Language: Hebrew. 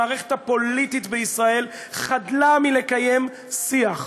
המערכת הפוליטית בישראל חדלה מלקיים שיח,